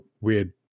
weird